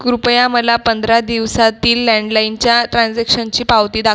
कृपया मला पंधरा दिवसातील लँडलाईनच्या ट्रान्झॅक्शनची पावती दाख